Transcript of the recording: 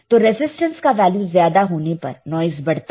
तो रेजिस्टेंस का वैल्यू ज्यादा होने पर नॉइस बढ़ता है